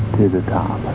to the top.